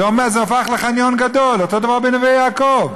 זה הפך לחניון גדול, אותו דבר בנווה יעקב.